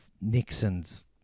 Nixon's